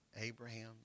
Abraham